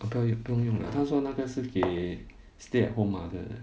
不要不要用他说那是给 stay at home mother 的